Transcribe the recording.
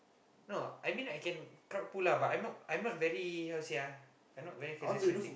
no I mean I can crowd pull lah but I not I not very how to say ah I not very charismatic